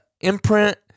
imprint